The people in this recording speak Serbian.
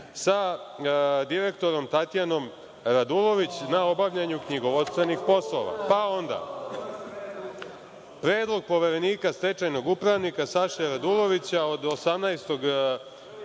sa direktorom Tatjanom Radulović na obavljanju knjigovodstvenih poslova. Pa, onda, predlog poverenika stečajnog upravnika Saše Radulovića od 18.